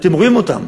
ואתם רואים אותם.